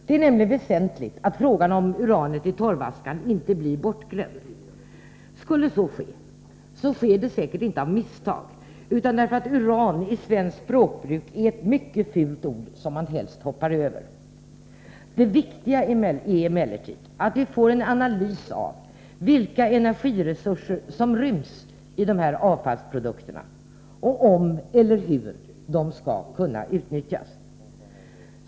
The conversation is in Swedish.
Det är väsentligt att frågan om uran i torvaskan inte blir bortglömd. Skulle så ske, sker det säkert inte av misstag, utan därför att uran i svenskt språkbruk är ett mycket fult ord som man helst hoppar över. Det viktiga är emellertid att vi får en analys av vilka energiresurser som ryms i dessa avfallsprodukter och om eller hur de skall utnyttjas.